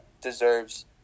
deserves